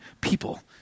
people